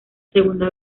segunda